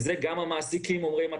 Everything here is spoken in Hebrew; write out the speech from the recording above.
ואת זה גם המעסיקים אומרים,